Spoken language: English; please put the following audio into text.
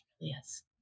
Yes